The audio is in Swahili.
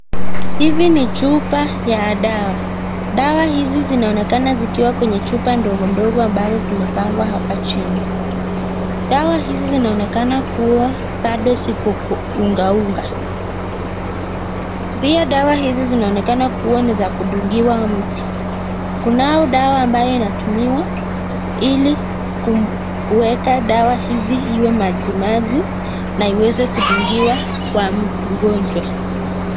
Hizi ni chupa ya dawa, dawa hizi zinaonekana zikiwa kwenye chupa ndogo ndogo ambazo zimepangwa hapa chini. Dawa hizi zinaonekana kuwa bado ziko ungaunga. Pia dawa hizi zinaoneka kuwa ni za kudungiwa mtu. Kunao dawa ambao inatumiwa ili kuweka dawa hizi iwe maji maji na iweze kudungiwa kwa mgonjwa.